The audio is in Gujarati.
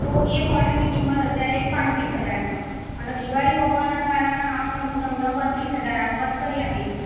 તો એ ફોર્ટીની કિંમત અત્યારે પાંત્રીસ હજાર છે અને દિવાળી ઓફરનાં કારણે આ ફોન હું તમને બત્રીસ હજાર આસપાસ કરી આપીશ